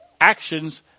actions